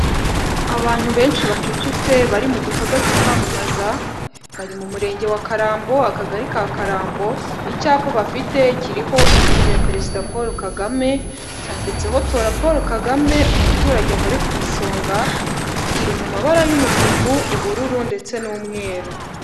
Abantu benshi bacucitse bari mu gikorwa cyo kwamamaza bari mu murenge wa karambo akagari ka karambo icyapa bafite kiriho ifoto ya perezida paul kagame cyanditseho tora paul kagame umuturage ahore k'isonga kiri mu mabara y'umutuku, ubururu ndetse n'umweru.